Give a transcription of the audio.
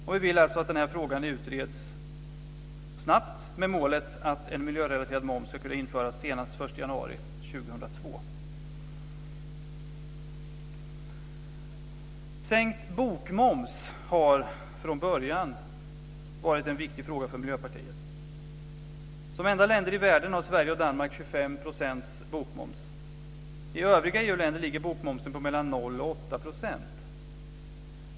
Och vi vill alltså att den här frågan utreds snabbt med målet att en miljörelaterad moms ska kunna införas senast den 1 januari 2002. Sänkt bokmoms har från början varit en viktig fråga för Miljöpartiet. Danmark och Sverige är de enda länderna i världen som har 25 % bokmoms. I övriga EU-länder är bokmomsen 0-8 %.